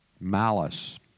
malice